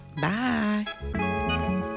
Bye